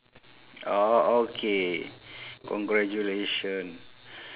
orh okay congratulation